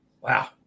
Wow